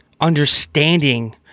understanding